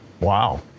Wow